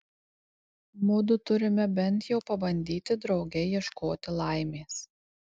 mudu turime bent jau pabandyti drauge ieškoti laimės